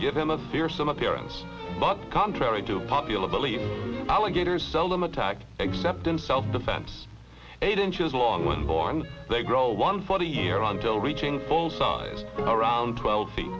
give him a fearsome appearance but can't to popular belief alligators seldom attack except in self defense eight inches long when born they grow one for the year on till reaching full size around twelve feet